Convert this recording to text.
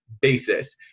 basis